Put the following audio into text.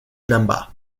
number